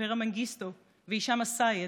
אברה מנגיסטו והישאם א-סייד,